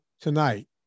tonight